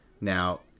Now